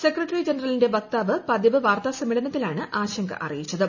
secretary ജനറലിന്റെ വക്താവ് പതിവ് വാർത്താസൂമ്മേളനത്തിലാണ് ആശങ്ക അറിയിച്ചത്